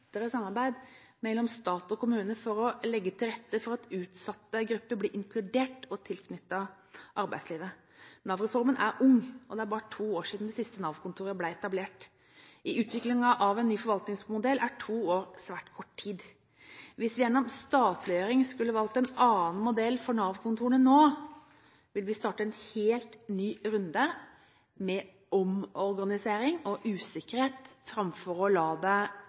tettere samarbeid mellom stat og kommune for å legge til rette for at utsatte grupper blir inkludert og tilknyttet arbeidslivet. Nav-reformen er ung, og det er bare to år siden det siste Nav-kontoret ble etablert. I utviklingen av en ny forvaltningsmodell er to år svært kort tid. Hvis vi gjennom statliggjøring skulle valgt en annen modell for Nav-kontorene nå, ville vi måtte starte en helt ny runde med omorganisering og usikkerhet, framfor å la